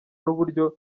n’uburyo